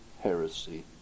heresy